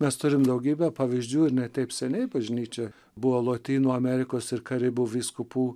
mes turim daugybę pavyzdžių ir ne taip seniai bažnyčia buvo lotynų amerikos ir karibų vyskupų